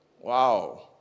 Wow